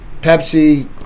Pepsi